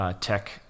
tech